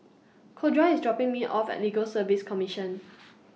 Corda IS dropping Me off At Legal Service Commission